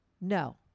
No